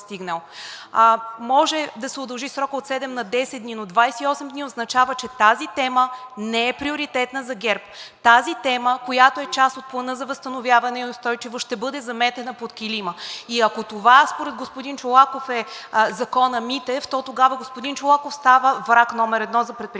Може да се удължи срокът от 7 на 10 дни, но 28 дни означава, че тази тема не е приоритетна за ГЕРБ, тази тема, която е част от Плана за възстановяване и устойчивост ще бъде заметена под килима и ако това според господин Чолаков е законът „Митев“, то тогава господин Чолаков става враг № 1 за предприемаческата